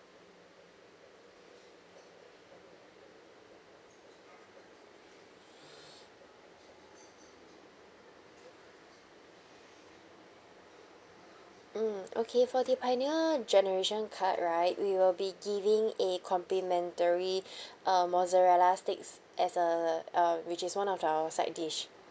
mm okay for the pioneer generation card right we will be giving a complimentary uh mozzarella sticks as a uh which is one of our side dish